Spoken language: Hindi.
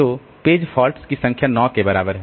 तो पेज फॉल्टस की संख्या 9 के बराबर है